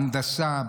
ההנדסה,